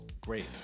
great